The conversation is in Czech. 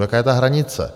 Jaká je ta hranice.